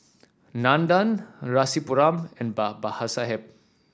Nandan Rasipuram and Babasaheb